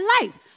life